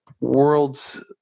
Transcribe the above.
worlds